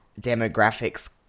demographic's